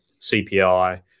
CPI